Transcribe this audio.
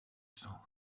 sang